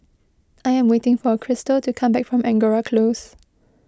I am waiting for Cristal to come back from Angora Close